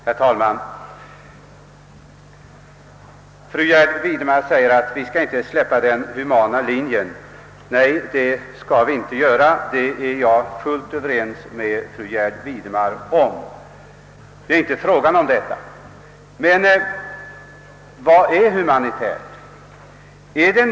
Herr talman! Fru Gärde Widemar säger att vi inte skall gå ifrån den humana linjen, och det är jag fullt överens med fru Gärde Widemar om. Det är inte heller fråga om något sådant. Men vad är humanitet?